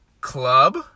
club